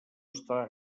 està